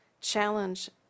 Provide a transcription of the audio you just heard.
challenge